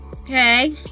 Okay